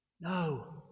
No